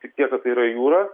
tik tiek kad tai yra jūra